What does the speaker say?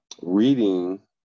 reading